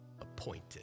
appointed